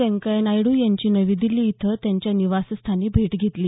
व्यंकय्या नायड्र यांची नवी दिल्ली येथे त्यांच्या निवासस्थानी भेट घेतली